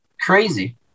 Crazy